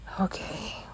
Okay